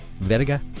verga